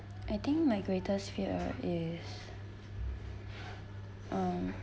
I think my greatest fear is um